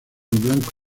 blanco